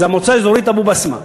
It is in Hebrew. היא מועצה אזורית אבו-בסמה.